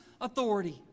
authority